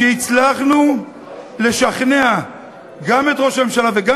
שהצלחנו לשכנע גם את ראש הממשלה וגם